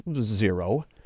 zero